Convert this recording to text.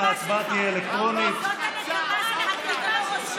זאת הנקמה שלך כי אתה לא ראש מח"ש.